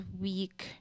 week